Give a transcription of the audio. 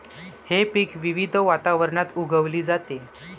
हे पीक विविध वातावरणात उगवली जाते